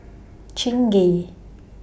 Chingay